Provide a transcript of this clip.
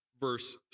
verse